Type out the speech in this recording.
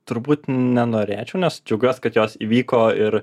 turbūt nenorėčiau nes džiaugiuos kad jos įvyko ir